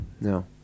No